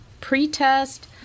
pre-test